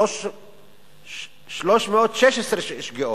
316 שגיאות,